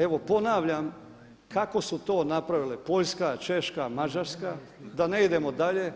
Evo ponavljam kako su to napravile Poljska, Češka, Mađarska da ne idemo dalje,